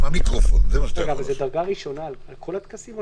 זו דרגה ראשונה על כל הטקסים?